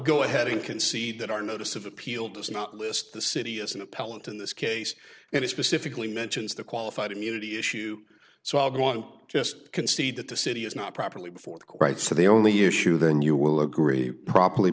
go ahead and concede that our notice of appeal does not list the city as an appellant in this case it is specifically mentions the qualified immunity issue so i'll go on just concede that the city is not properly before the right so the only issue then you will agree pro